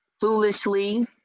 foolishly